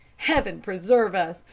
heaven preserve us,